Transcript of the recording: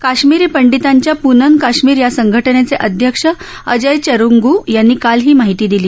काश्मिरी पंडीतांच्या पूनन कश्मिर या संघटनेचे अध्यक्ष अजय चरुंगू यांनी काल ही माहिती दिली